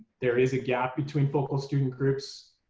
there is a gap between focal student groups,